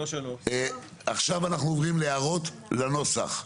עכשיו אנחנו עוברים להערות לנוסח.